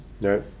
right